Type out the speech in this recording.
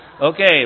Okay